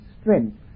strength